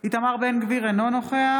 איתמר בן גביר, אינו נוכח